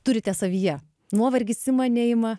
turite savyje nuovargis ima neima